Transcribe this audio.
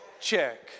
check